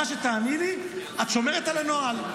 מה שתעני לי, את שומרת על הנוהל.